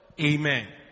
Amen